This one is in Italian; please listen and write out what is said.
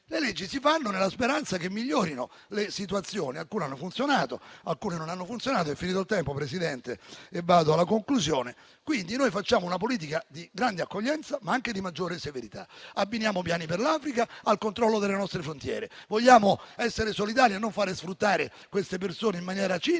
Le leggi si fanno nella speranza che migliorino le situazioni. Alcune hanno funzionato, altre non hanno funzionato. Vado alla conclusione. Noi facciamo una politica di grande accoglienza, ma anche di maggiore severità. Abbiniamo piani per l'Africa al controllo delle nostre frontiere. Vogliamo essere solidali e non fare sfruttare quelle persone in maniera cinica,